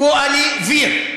"קואליויר".